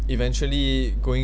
eventually going